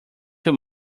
too